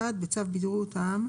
בוקר טוב לכולם,